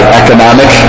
economic